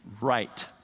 right